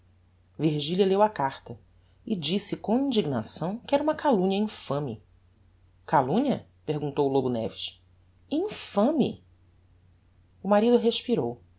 virgilia leu a carta e disse com indignação que era uma calumnia infame calumnia perguntou o lobo neves infame o marido respirou